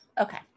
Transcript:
Okay